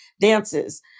dances